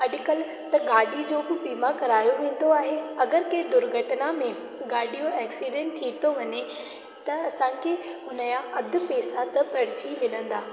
अॼुकल्ह त गाॾी जो बि बीमा करायो वेंदो आहे अगरि कंहिं दुर्घटना में गाॾी जो एक्सिडैंट थी थो वञे त असांखे हुनजा अधु पैसा त भरिजी मिलंदा